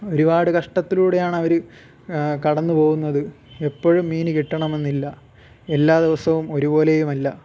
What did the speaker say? ഒരുപാട് കഷ്ടത്തിലൂടെയാണവർ കടന്ന് പോകുന്നത് എപ്പോഴും മീൻ കിട്ടണമെന്നില്ല എല്ലാ ദിവസവും ഒരുപോലെയുമല്ല